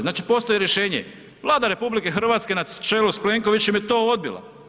Znači postoji rješenje, Vlada RH na čelu s Plenkovićem je to odbila.